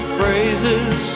Phrases